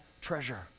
treasure